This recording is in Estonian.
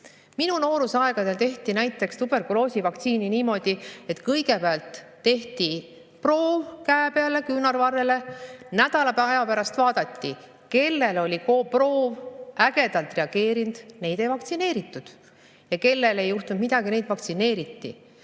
Minu noorusaegadel tehti näiteks tuberkuloosivaktsiini niimoodi, et kõigepealt tehti proov käe peale, küünarvarrele. Nädala aja pärast vaadati, kellel oli proov ägedalt reageerinud, neid ei vaktsineeritud, ja kellel ei juhtunud midagi, neid vaktsineeriti.